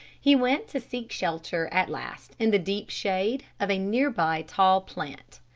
he went to seek shelter at last in the deep shade of a nearby tall plant.